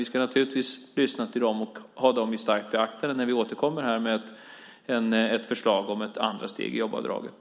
Vi ska naturligtvis lyssna till dem och ta dem i starkt beaktande när vi återkommer med ett förslag om ett andra steg i jobbavdraget.